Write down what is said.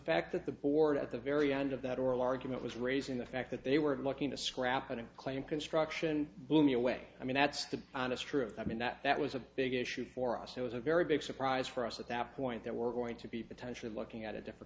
fact that the board at the very end of that oral argument was raising the fact that they were looking to scrap a claim construction blew me away i mean that's the honest truth i mean that that was a big issue for us it was a very big surprise for us at that point that we're going to be potentially looking at a different